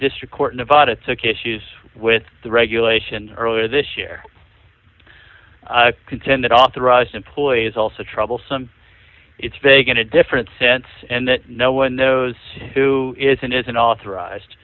district court nevada took issues with the regulation earlier this year contend that authorized employers also troublesome it's vague in a different sense and that no one knows who is and isn't authorized